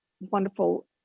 wonderful